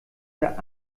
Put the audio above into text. der